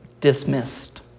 dismissed